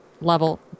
level